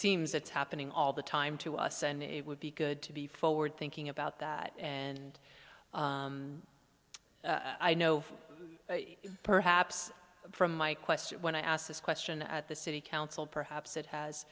seems it's happening all the time to us and it would be good to be forward thinking about that and i know perhaps from my question when i asked this question at the city council perhaps it has